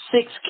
six